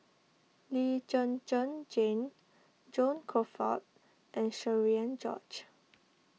Lee Zhen Zhen Jane John Crawfurd and Cherian George